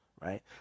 right